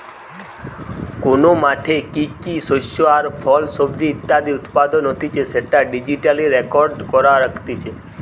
কোন মাঠে কি কি শস্য আর ফল, সবজি ইত্যাদি উৎপাদন হতিছে সেটা ডিজিটালি রেকর্ড করে রাখতিছে